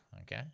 okay